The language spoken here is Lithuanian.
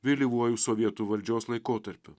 vėlyvuoju sovietų valdžios laikotarpiu